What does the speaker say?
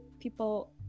people